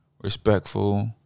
respectful